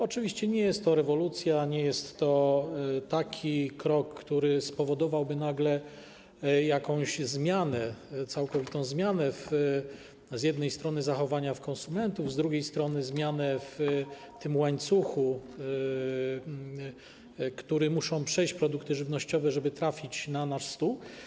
Oczywiście nie jest to rewolucja, nie jest to taki krok, który spowodowałby nagle z jednej strony jakąś zmianę, całkowitą zmianę w zachowaniach konsumentów, z drugiej strony zmianę w tym łańcuchu, który muszą przejść produkty żywnościowe, żeby trafić na nasz stół.